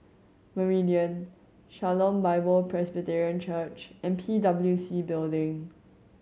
Meridian Shalom Bible Presbyterian Church and P W C Building